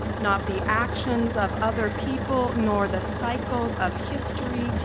not the actions of other people nor the cycles of history,